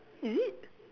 is it